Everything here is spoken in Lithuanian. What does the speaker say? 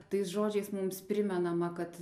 tais žodžiais mums primenama kad